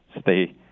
stay